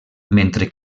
mentre